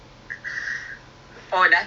good lah tapi anaknya